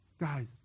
Guys